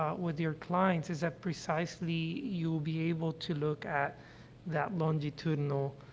ah with your clients is that, precisely, you will be able to look at that longitudinal,